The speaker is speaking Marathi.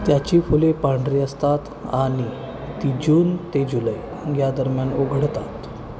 त्याची फुले पांढरी असतात आणि ती जून ते जुलै या दरम्यान उघडतात